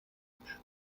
falsch